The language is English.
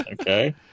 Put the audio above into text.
Okay